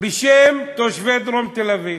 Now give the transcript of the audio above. בשם תושבי דרום תל-אביב.